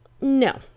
No